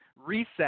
reset